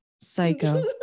psycho